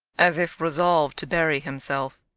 as if resolved to bury himself.